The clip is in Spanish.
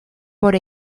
por